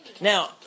Now